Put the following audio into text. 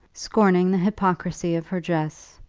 scorning the hypocrisy of her dress.